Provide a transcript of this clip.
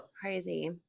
Crazy